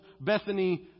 Bethany